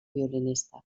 violinista